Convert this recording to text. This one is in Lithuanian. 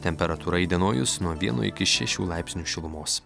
temperatūra įdienojus nuo vieno iki šešių laipsnių šilumos